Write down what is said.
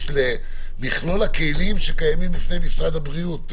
למכלול הכלים שקיימים בפני משרד הבריאות,